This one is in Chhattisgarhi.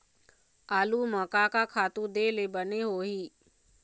आलू म का का खातू दे ले बने होही?